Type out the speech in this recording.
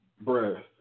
breath